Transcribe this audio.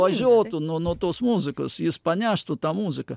važiuotų nuo nuo tos muzikos jis paneštų tą muziką